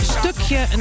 stukje